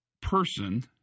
person